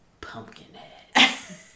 Pumpkinhead